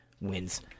wins